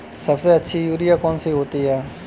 सबसे अच्छी यूरिया कौन सी होती है?